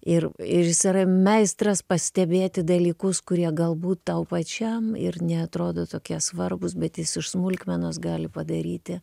ir ir jis yra meistras pastebėti dalykus kurie galbūt tau pačiam ir neatrodo tokie svarbūs bet jis iš smulkmenos gali padaryti